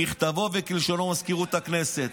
ככתבו וכלשונו במזכירות הכנסת.